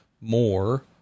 more